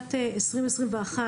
בשנת 2021,